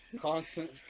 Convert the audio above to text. Constant